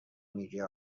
میگه